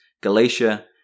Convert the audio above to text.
Galatia